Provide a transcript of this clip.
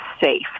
safe